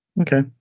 Okay